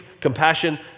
compassion